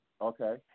Okay